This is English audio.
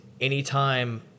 anytime